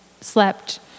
slept